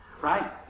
Right